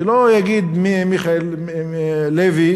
שלא יגיד מיכאל לוי